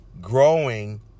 Growing